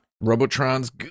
Robotron's